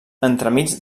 entremig